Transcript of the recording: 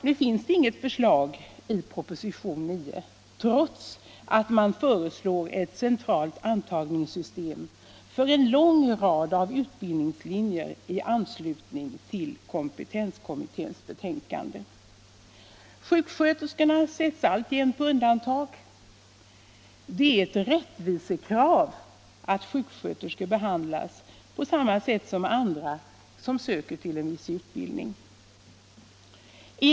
Nu finns det inget förslag i propositionen 9, trots att man föreslår ett centralt antagningssystem för en lång rad av utbildningslinjer i anslutning till kompetenskommitténs betänkande. Sjuksköterskorna sätts alltjämt på undantag. Det är ett rättvisekrav att sjuksköterskor behandlas på samma sätt som andra som söker till en viss utbildning.